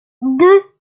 deux